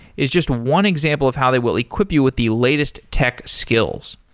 is just one example of how they will equip you with the latest tech skills.